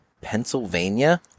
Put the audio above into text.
Pennsylvania